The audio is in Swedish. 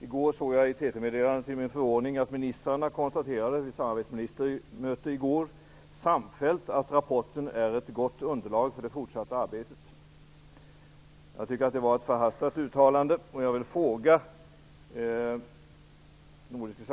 I går såg jag i ett TT-meddelande till min förvåning att samarbetsministrarna på ett möte i går samfällt konstaterade att rapporten är ett gott underlag för det fortsatta arbetet.